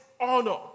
honor